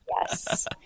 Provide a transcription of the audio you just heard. Yes